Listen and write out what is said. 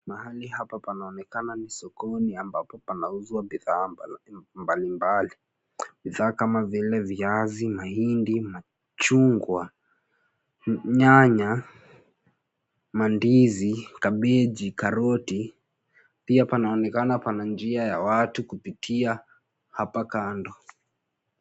Mahali hapa panaonekana ni sokoni ambapo panauza bidhaa mbalimbali, bidhaa kama vile viazi, mahindi, machungwa, nyanya, mandizi, kabichi, karoti. Pia panaonekana pana njia ya watu kupitia hapa kando.